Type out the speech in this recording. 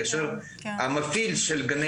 כאשר המפעיל של גני